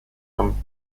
amt